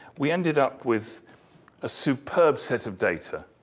we ended up with a superb set of data,